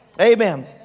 Amen